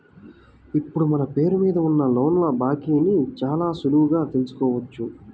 ఇప్పుడు మన పేరు మీద ఉన్న లోన్ల బాకీని చాలా సులువుగా తెల్సుకోవచ్చు